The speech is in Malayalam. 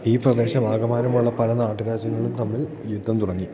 ഈ പ്രദേശം ആകമാനമുള്ള പല നാട്ടുരാജ്യങ്ങളും തമ്മിൽ യുദ്ധം തുടങ്ങി